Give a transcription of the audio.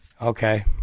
Okay